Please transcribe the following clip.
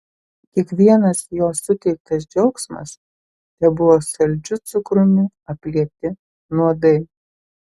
kiekvienas jo suteiktas džiaugsmas tebuvo saldžiu cukrumi aplieti nuodai